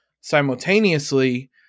simultaneously